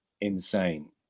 insane